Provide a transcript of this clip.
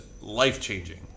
life-changing